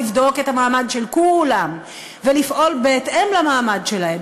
לבדוק את המעמד של כולם ולפעול בהתאם למעמד שלהם.